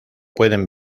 pueden